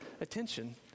attention